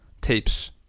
tapes